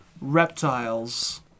reptiles